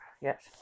Yes